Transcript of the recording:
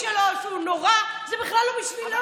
ראש